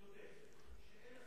תודה.